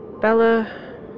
Bella